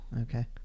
Okay